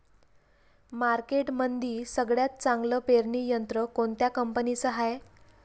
मार्केटमंदी सगळ्यात चांगलं पेरणी यंत्र कोनत्या कंपनीचं हाये?